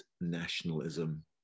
nationalism